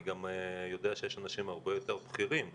אני גם יודע שיש אנשים הרבה יותר בכירים.